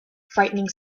frightening